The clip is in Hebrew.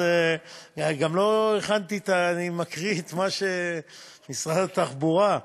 אני מקריא את מה, במשרד התחבורה.